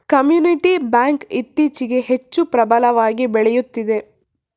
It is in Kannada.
ಕಮ್ಯುನಿಟಿ ಬ್ಯಾಂಕ್ ಇತ್ತೀಚೆಗೆ ಹೆಚ್ಚು ಪ್ರಬಲವಾಗಿ ಬೆಳೆಯುತ್ತಿದೆ